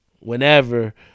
Whenever